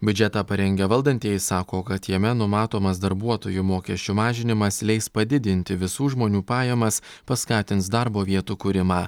biudžetą parengę valdantieji sako kad jame numatomas darbuotojų mokesčių mažinimas leis padidinti visų žmonių pajamas paskatins darbo vietų kūrimą